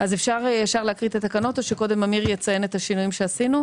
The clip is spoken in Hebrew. אז אפשר ישר להקריא את התקנות או קודם אמיר יציין את השינויים שעשינו?